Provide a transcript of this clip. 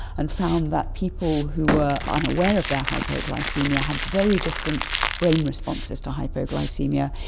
and found that people who were unaware of their hypoglycaemia had very different brain responses to hypoglycaemia,